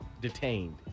Detained